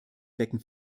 wecken